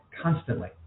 constantly